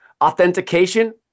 authentication